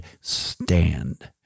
stand